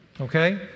Okay